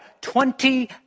twenty